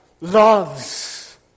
loves